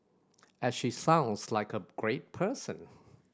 and she sounds like a great person